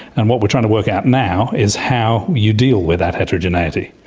and what we're trying to work out now is how you deal with that heterogeneity.